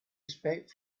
expect